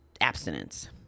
abstinence